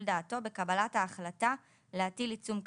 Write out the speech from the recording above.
דעתו בקבלת ההחלטה להטיל עיצום כספי: